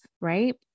right